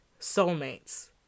soulmates